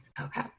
Okay